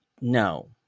no